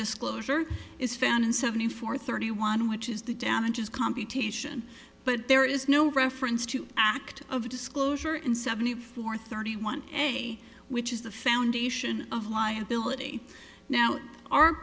disclosure is found in seventy four thirty one which is the down it is computation but there is no reference to act of disclosure in seventy four thirty one way which is the foundation of liability now o